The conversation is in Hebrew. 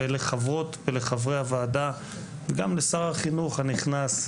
ולחברות ולחברי הוועדה וגם לשר החינוך הנכנס,